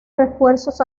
refuerzos